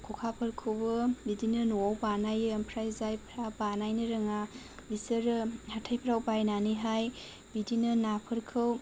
खखाफोरखौबो बिदिनो न'आव बानायो ओमफ्राय जायफ्रा बानायनो रोङा बिसोरो हाथाइफ्राव बायनानैहाय बिदिनो नाफोरखौ